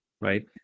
right